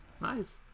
Nice